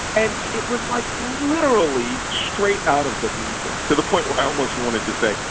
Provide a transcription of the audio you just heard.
and it was like literally straight out of the briefing, to the point where i almost wanted to say,